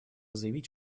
заявить